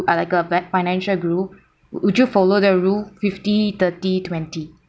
uh like a financial guru would you follow the rule fifty thirty twenty